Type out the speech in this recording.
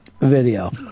video